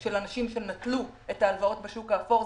של אנשים שנטלו הלוואות בשוק האפור,